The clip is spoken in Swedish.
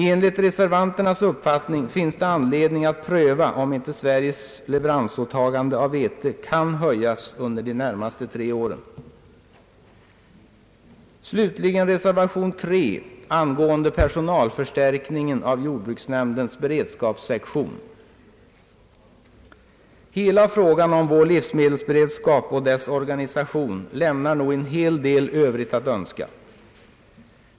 Enligt reservanternas uppfattning finns det anledning pröva om inte Sveriges leveransåtagande när det gäller vete kan höjas under de närmaste tre åren. Slutligen några ord om reservation 3, angående personalförstärkningen hos jordbruksnämndens beredskapssektion. Hela frågan om vår livsmedelsberedskap och dess organisation lämnar nog en del övrigt att önska.